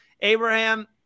Abraham